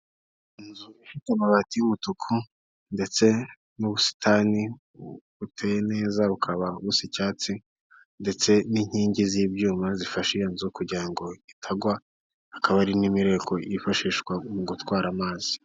Inzu ifite amabati y'umutuku ndetse n'ubusitani buteye neza bukaba busa icyatsi ndetse n'inkingi z'ibyuma zifashe iyo nzu kugira ngo itagwa hakaba hari n'imireko yifashishwa mu gutwara amazi.